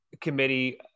committee